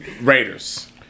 Raiders